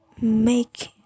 make